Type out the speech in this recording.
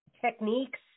techniques